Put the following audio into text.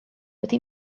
wedi